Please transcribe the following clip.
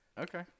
Okay